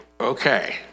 okay